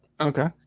Okay